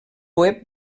web